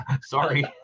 sorry